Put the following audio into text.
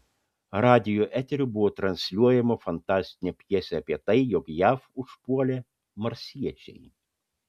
radijo eteriu buvo transliuojama fantastinė pjesė apie tai jog jav užpuolė marsiečiai